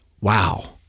wow